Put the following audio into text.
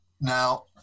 now